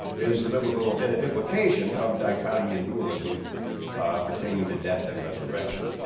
is the biblical implication of dichotomy and dualism pertaining to death and resurrection.